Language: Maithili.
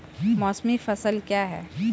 मौसमी फसल क्या हैं?